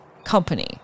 company